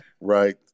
Right